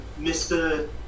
Mr